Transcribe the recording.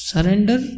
Surrender